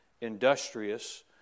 industrious